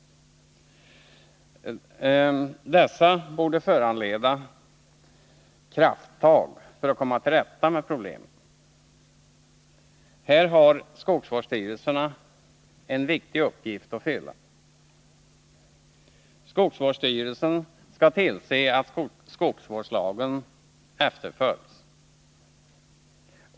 Dessa borde föranleda att man gör krafttag för att komma till rätta med problemen. Här har skogsvårdsstyrelserna en viktig uppgift att fylla. Skogsvårdsstyrelsen skall tillse att skogsvårdslagen efterföljs.